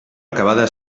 acabada